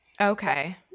Okay